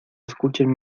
escuchen